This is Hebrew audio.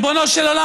ריבונו של עולם,